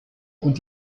und